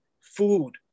food